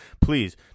please